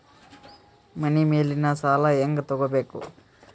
ಮನಿ ಮೇಲಿನ ಸಾಲ ಹ್ಯಾಂಗ್ ತಗೋಬೇಕು?